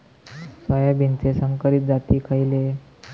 सोयाबीनचे संकरित जाती खयले?